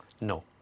No